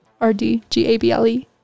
R-D-G-A-B-L-E